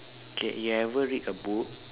okay you ever read a book